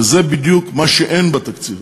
וזה בדיוק מה שאין בתקציב.